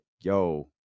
yo